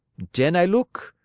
den i look,